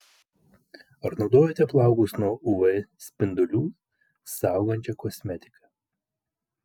ar naudojate plaukus nuo uv spindulių saugančią kosmetiką